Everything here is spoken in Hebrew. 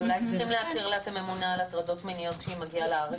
אז אולי צריכים להכיר לה את הממונה על הטרדות מיניות כשהיא מגיעה לארץ?